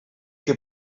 que